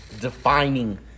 defining